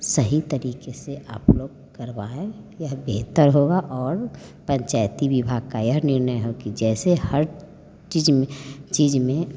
सही तरीके से आप लोग करवाएँ यह बेहतर होगा और पंचायती विभाग का एक यह निर्णय हो कि जैसे हर चीज में चीज में